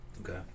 Okay